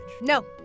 No